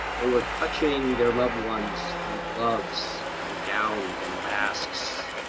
they were touching their loved ones through gloves and gowns and masks.